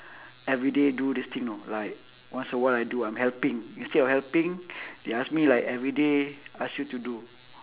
everyday do this thing you know like once a while I do I'm helping instead of helping they ask me like everyday ask you to do